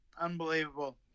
Unbelievable